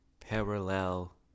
parallel